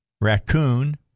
raccoon